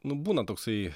nu būna toksai